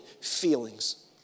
feelings